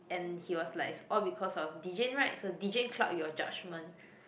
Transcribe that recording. and he was like it's all because of De-Jing right so De-Jing cloud your judgement